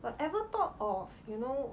but ever thought of you know